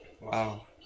Wow